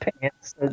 pants